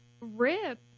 rip